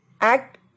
act